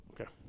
okay